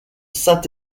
saint